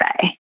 say